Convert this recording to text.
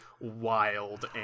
wild